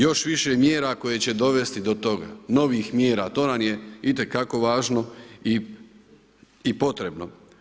Još više mjera koje će dovesti do toga, novih mjera, to nam je itekako važno i potrebno.